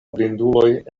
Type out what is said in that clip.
blinduloj